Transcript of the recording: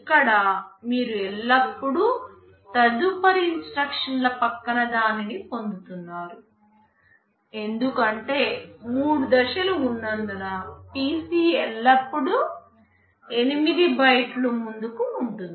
ఇక్కడ మీరు ఎల్లప్పుడూ తదుపరి ఇన్స్ట్రక్షన్ ల పక్కన దానిని పొందుతున్నారు ఎందుకంటే మూడు దశలు ఉన్నందున PC ఎల్లప్పుడూ 8 బైట్లు ముందుకు ఉంటుంది